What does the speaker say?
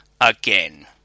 AGAIN